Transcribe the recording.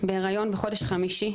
בהיריון בחודש חמישי,